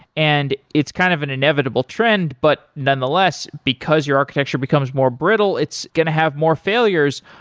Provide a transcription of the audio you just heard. and it's kind of an inevitable trend, but nonetheless because your architecture becomes more brittle, it's going to have more failures,